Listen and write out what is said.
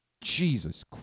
Jesus